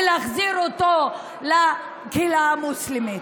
ולהחזיר אותו לקהילה המוסלמית.